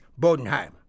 Bodenheim